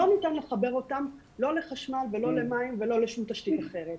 לא ניתן לחבר אותם לא לחשמל ולא למים ולא לשום תשתית אחרת.